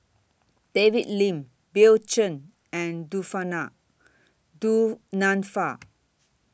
David Lim Bill Chen and Du Nanfa